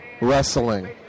wrestling